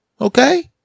Okay